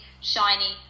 shiny